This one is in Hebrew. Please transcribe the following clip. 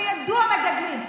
שידעו המגדלים,